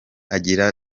agira